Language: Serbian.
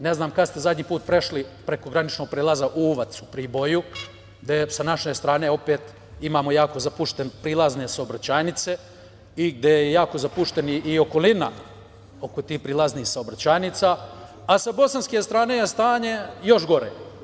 Ne znam kada ste zadnji put prešli preko graničnog prelaza Uvac u Priboju, gde je sa naše strane, opet, imamo jako zapuštene prilazne saobraćajnice i gde je jako zapuštena i okolina oko tih prilaznih saobraćajnica, a sa bosanske strane je stanje još gore.